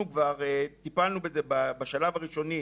אנחנו כבר טיפלנו בזה בשלב הראשוני,